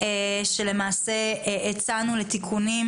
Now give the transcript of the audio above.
שלמעשה הצענו לתיקונים,